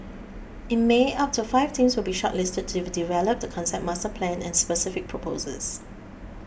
in May up to five teams will be shortlisted to develop the concept master plan and specific proposals